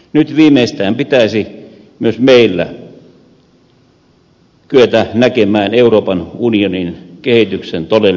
nyt viimeistään pitäisi myös meillä kyetä näkemään euroopan unionin kehityksen todellinen luonne